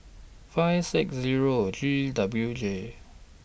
five six Zero G W J